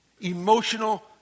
emotional